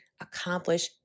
accomplish